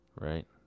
Right